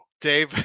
Dave